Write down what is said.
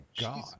God